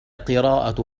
قراءة